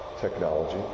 Technology